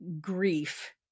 grief